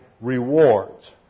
rewards